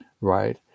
right